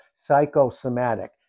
psychosomatic